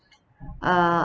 err